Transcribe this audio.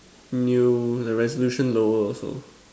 new the resolution lower also